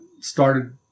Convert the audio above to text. started